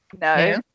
No